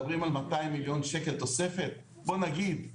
מדברים על 200 מיליון שקל תוספת, בוא נגיד,